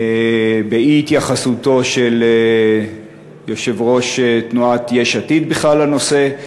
באי-התייחסותו של יושב-ראש תנועת יש עתיד בכלל לנושא.